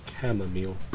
chamomile